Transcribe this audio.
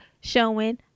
showing